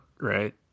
right